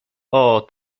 ooo